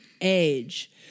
age